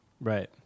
Right